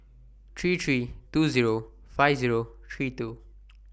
three three two Zero five Zero three two